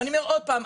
ואני אומר עוד פעם,